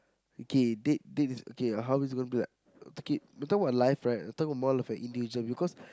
okay date date is okay how it's going to be like ticket we're talking about like right we're talking about more of individual because